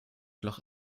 loch